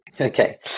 Okay